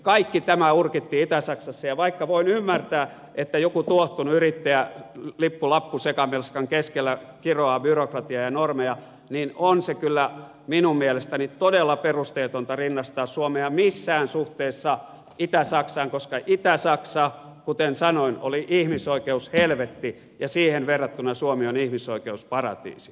kaikki tämä urkittiin itä saksassa ja vaikka voin ymmärtää että joku tuohtunut yrittäjä lippulappusekamelskan keskellä kiroaa byrokratiaa ja normeja niin on kyllä minun mielestäni todella perusteetonta rinnastaa suomea missään suhteessa itä saksaan koska itä saksa kuten sanoin oli ihmisoikeushelvetti ja siihen verrattuna suomi on ihmisoikeusparatiisi